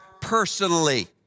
personally